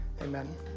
Amen